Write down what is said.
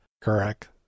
correct